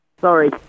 sorry